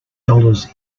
dollars